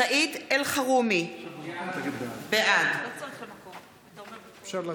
(קוראת בשם חבר הכנסת) סעיד אלחרומי, בעד אני כאן.